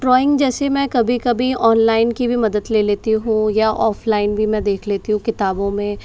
drawing जैसे में कभी कभी ऑनलाइन की भी मदद ले लेती हूँ या ऑफलाइन भी में देख लेती हूँ किताबों में